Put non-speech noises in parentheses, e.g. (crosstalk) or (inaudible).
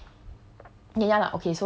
um (noise)